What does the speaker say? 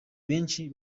benshi